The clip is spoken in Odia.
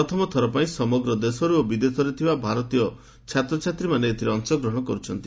ପ୍ରଥମଥର ପାଇଁ ସମଗ୍ର ଦେଶରୁ ଓ ବିଦେଶରେ ଥିବା ଭାରତୀୟ ଛାତ୍ରଛାତ୍ରୀମାନେ ଏଥିରେ ଅଂଶଗ୍ରହଣ କରୁଛନ୍ତି